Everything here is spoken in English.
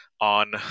on